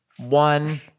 one